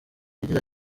yagize